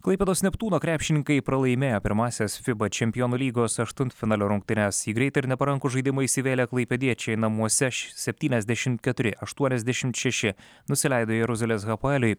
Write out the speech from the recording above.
klaipėdos neptūno krepšininkai pralaimėjo pirmąsias fiba čempionų lygos aštuntfinalio rungtynes į greitą ir neparankų žaidimą įsivėlę klaipėdiečiai namuose septyniasdešimt keturi aštuoniasdešimt šeši nusileido jeruzalės hapoeliui